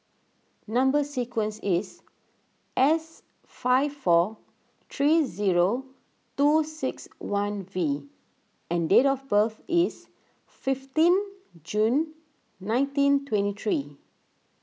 Number Sequence is S five four three zero two six one V and date of birth is fifteen June nineteen twenty three